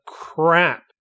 crap